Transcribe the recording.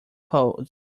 pose